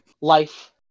life